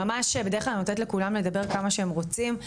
בדרך כלל אני נותנת לכולם לדבר כמה שהם רוצים,